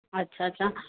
अच्छा अच्छा